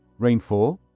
rainfall,